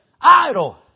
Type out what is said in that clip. Idle